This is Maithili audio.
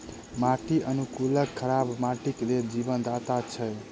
माटि अनुकूलक खराब माटिक लेल जीवनदाता छै